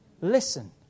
Listen